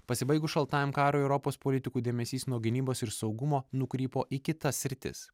pasibaigus šaltajam karui europos politikų dėmesys nuo gynybos ir saugumo nukrypo į kitas sritis